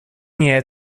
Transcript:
nie